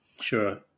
Sure